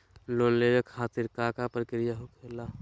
Loan लेवे खातिर का का प्रक्रिया होखेला?